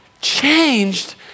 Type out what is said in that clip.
changed